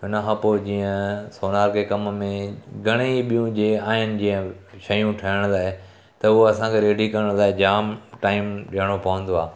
उन खां पोइ जीअं सोनार के कम में घणेई ॿियूं जीअं आहिनि जीअं शयूं ठाहिण लाइ त उहो असांखे रेडी करण लाइ जाम टाइम ॾियणो पवंदो आहे